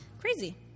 crazy